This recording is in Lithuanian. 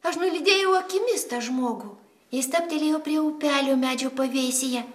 aš nulydėjau akimis tą žmogų jis stabtelėjo prie upelio medžio pavėsyje